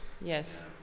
yes